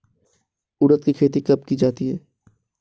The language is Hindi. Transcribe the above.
उड़द की खेती कब की जाती है?